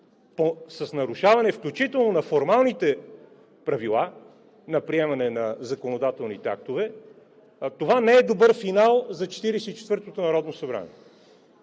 с нарушаване, включително на формалните правила на приемане на законодателните актове, това не е добър финал за Четиридесет